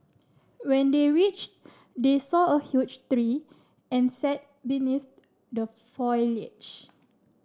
when they reached they saw a huge tree and sat beneath the foliage